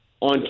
on